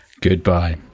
Goodbye